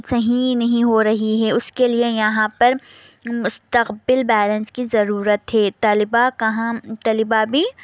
صحیح نہیں ہو رہی ہے اس کے لیے یہاں پر مستقبل بیلنس کی ضرورت تھی طلبہ کہاں طلبہ بھی